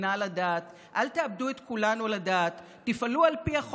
אל תאבדו את המדינה לדעת,